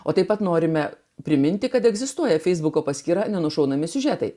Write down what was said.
o taip pat norime priminti kad egzistuoja feisbuko paskyra nenušaunami siužetai